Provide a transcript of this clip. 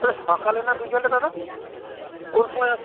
আচ্ছা সকালে না বিকেলে দাদা কোন সময়